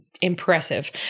Impressive